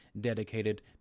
dedicated